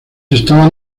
estaban